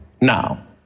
now